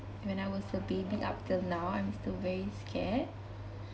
when I was a baby up till now I'm still very scared